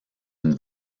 une